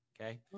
okay